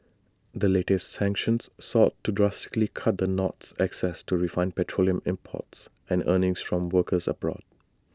the latest sanctions sought to drastically cut the North's access to refined petroleum imports and earnings from workers abroad